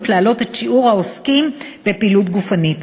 להעלאת שיעור העוסקים בפעילות גופנית.